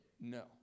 No